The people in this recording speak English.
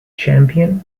champion